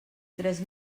tres